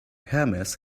hummus